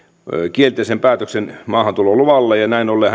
kielteisen päätöksen maahantuloluvalle ja näin ollen